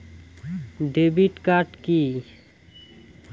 Debit card key?